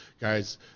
guys